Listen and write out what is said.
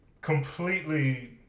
completely